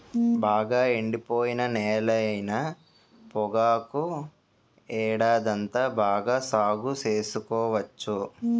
బాగా ఎండిపోయిన నేలైన పొగాకు ఏడాదంతా బాగా సాగు సేసుకోవచ్చు